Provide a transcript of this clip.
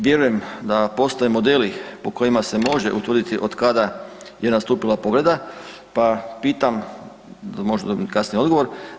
Vjerujem da postoje modeli po kojima se može utvrditi od kada je nastupila povreda, pa pitam da možda dobijem kasnije odgovor.